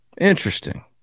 Interesting